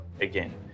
again